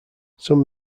some